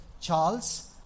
Charles